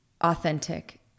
authentic